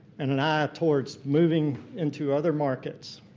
and an eye towards moving into other markets.